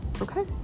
Okay